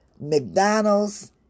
McDonald's